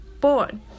born